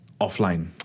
offline